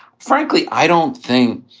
frankly, i don't think,